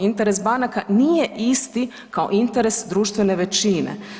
Interes banaka nije isti kao interes društvene većine.